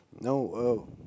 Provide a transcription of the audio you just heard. No